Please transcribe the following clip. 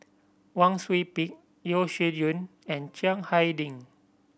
Wang Sui Pick Yeo Shih Yun and Chiang Hai Ding